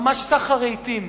ממש סחר רהיטים.